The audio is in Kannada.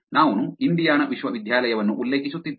ನಾನು ಇಂಡಿಯಾನಾ ವಿಶ್ವವಿದ್ಯಾಲಯವನ್ನು ಉಲ್ಲೇಖಿಸುತ್ತಿದ್ದೆ